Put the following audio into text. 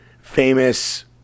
famous